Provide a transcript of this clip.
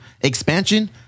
expansion